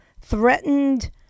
threatened